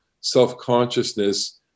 self-consciousness